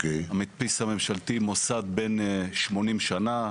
המדפיס הממשלתי הוא מוסד בן 80 שנה,